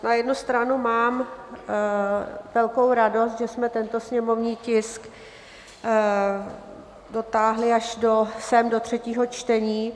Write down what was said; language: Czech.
Na jednu stranu mám velkou radost, že jsme tento sněmovní tisk dotáhli až sem do třetího čtení.